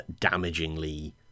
damagingly